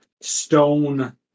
stone